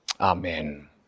Amen